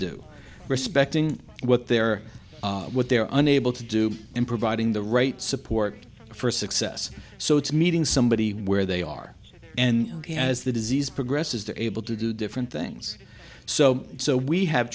do respecting what they're what they're under able to do and providing the right support for success so it's meeting somebody where they are and he has the disease progress is the able to do different things so so we have